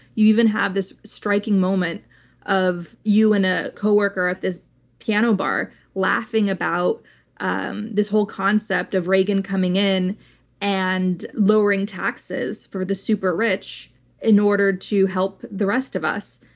you even have this striking moment of you and a co-worker at this piano bar laughing about um this whole concept of reagan coming in and lowering taxes for the super rich in order to help the rest of us.